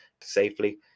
safely